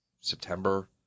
September